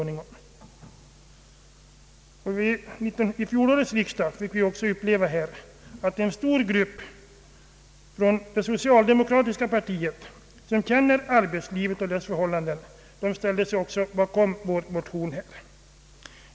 Vid fjolårets riksdag fick vi uppleva att en stor grupp från det soci aldemokratiska partiet som känner till arbetslivet och dess förhållanden också ställde sig bakom vår motion.